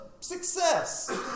success